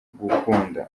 gukunda